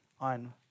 on